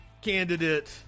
candidate